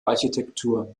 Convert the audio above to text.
architektur